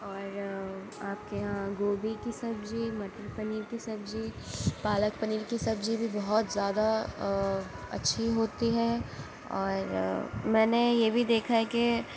اور آپ کے یہاں گوبھی کی سبزی مٹر پنیر کی سبزی پالک پنیر کی سبزی بھی بہت زیادہ اچھی ہوتی ہے اور میں نے یہ بھی دیکھا ہے کہ